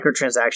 microtransactions